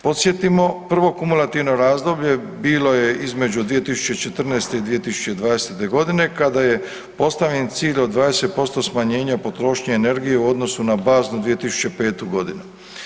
Podsjetimo, prvo kumulativno razdoblje bilo je između 2014. i 2020. godine kada je postavljen cilj od 20% smanjenja potrošnje energije u odnosu na baznu 2005. godinu.